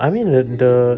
I mean the